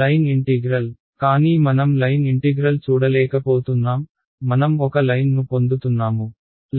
line integral కానీ మనం line integral చూడలేకపోతున్నాం మనం ఒక లైన్ ను పొందుతున్నాము